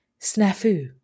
snafu